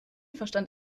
verstand